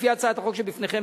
לפי הצעת החוק שלפניכם,